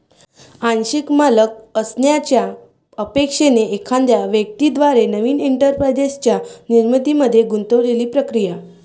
आंशिक मालक असण्याच्या अपेक्षेने एखाद्या व्यक्ती द्वारे नवीन एंटरप्राइझच्या निर्मितीमध्ये गुंतलेली प्रक्रिया